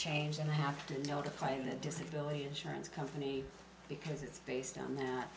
change and i have to notify the disability insurance company because it's based on that